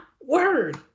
word